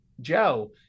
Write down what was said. Joe